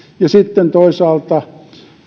ja sitten toisaalta